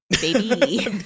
Baby